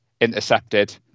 intercepted